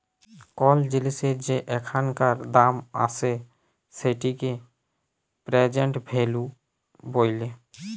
call জিলিসের যে এখানকার দাম আসে সেটিকে প্রেজেন্ট ভ্যালু ব্যলে